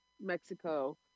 mexico